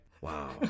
Wow